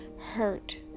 hurt